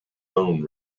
own